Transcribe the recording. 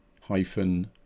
hyphen